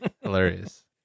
hilarious